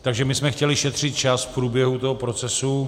Takže my jsme chtěli šetřit čas v průběhu toho procesu.